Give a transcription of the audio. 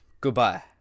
Goodbye